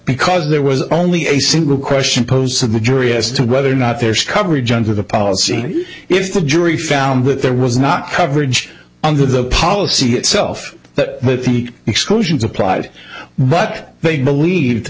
because there was only a single question posed to the jury as to whether or not there's coverage under the policy if the jury found that there was not coverage under the policy itself that the exclusions applied but they believed